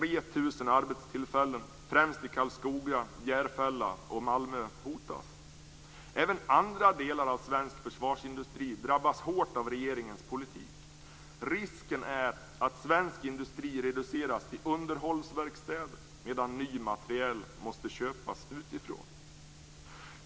Mer än Även andra delar av den svenska försvarsindustrin drabbas hårt av regeringens politik. Risken är att den svenska industrin reduceras till underhållsverkstäder medan ny materiel måste köpas utifrån.